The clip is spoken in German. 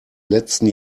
letzten